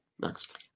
Next